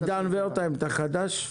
עידן ורטהיים, אתה חדש.